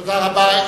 תודה רבה.